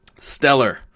Stellar